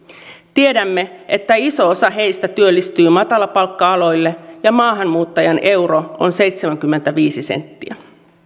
tiedämme että iso osa heistä työllistyy matalapalkka aloille ja maahanmuuttajan euro on seitsemänkymmentäviisi senttiä